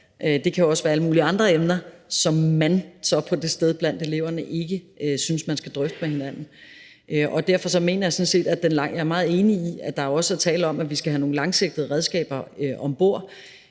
Det kan også være alle mulige andre emner, som man så på det sted blandt eleverne ikke synes man skal drøfte med hinanden. Jeg er meget enig i, at der også er tale om, at vi skal have nogle langsigtede redskaber ombord,